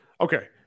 Okay